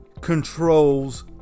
controls